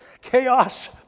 Chaos